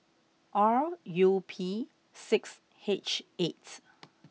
R U P six H eight